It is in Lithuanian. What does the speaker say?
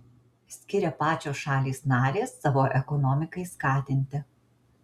skiria pačios šalys narės savo ekonomikai skatinti